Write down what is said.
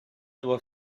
doit